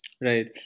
Right